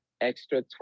extra